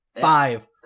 Five